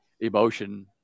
emotion